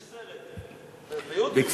יש סרט, ב-YouTube.